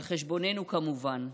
על חשבוננו, כמובן,